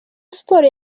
sports